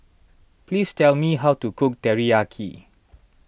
please tell me how to cook Teriyaki